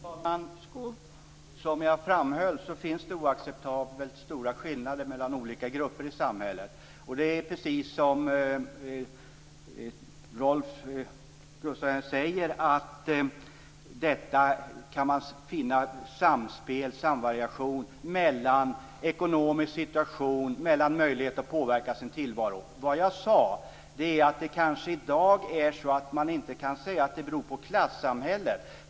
Fru talman! Som jag framhöll finns det oacceptabelt stora skillnader mellan olika grupper i samhället. Och det är precis som Rolf Olsson säger: Man kan här finna en samvariation med den ekonomiska situationen och möjligheten att påverka sin tillvaro. Vad jag sade var att man i dag kanske inte kan säga att det beror på klassamhället.